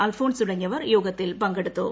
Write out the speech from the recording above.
അൽഫോൺസ് തുടങ്ങിയവർ യോഗത്തിൽ പങ്കെടുത്തു